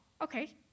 okay